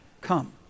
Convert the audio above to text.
come